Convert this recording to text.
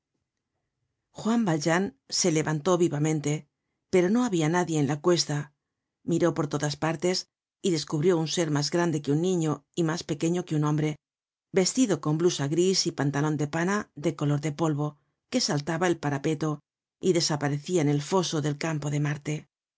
juan valjean se levantó vivamente pero no habia nadie en la cuesta miró por todas partes y descubrió un ser mas grande que un niño y mas pequeño que un hombre vestido con blusa gris y pantalon de pana de color de polvo que saltaba el parapeto y desaparecia en el foso del campo de marte